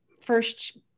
first